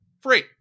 Free